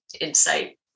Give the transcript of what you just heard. insight